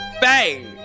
bang